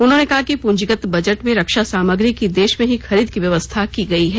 उन्होंने कहा कि पूंजीगत बजट में रक्षा सामग्री की देश में ही खरीद की व्यवस्था की गई है